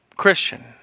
Christian